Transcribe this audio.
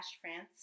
France